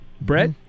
Brett